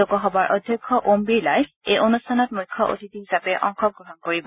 লোকসভাৰ অধ্যক্ষ ওম বিৰলাই এই অনুষ্ঠানত মুখ্য অতিথি হিচাপে উপস্থিত থাকিব